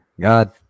God